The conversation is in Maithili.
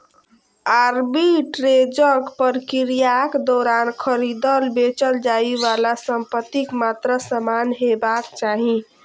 आर्बिट्रेजक प्रक्रियाक दौरान खरीदल, बेचल जाइ बला संपत्तिक मात्रा समान हेबाक चाही